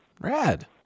Rad